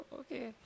okay